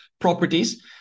properties